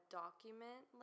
document